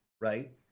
Right